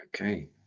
Okay